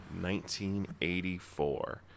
1984